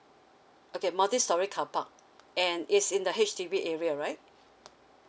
okay multi storey carpark and it's in the H_D_B area right